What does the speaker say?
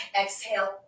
exhale